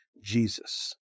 Jesus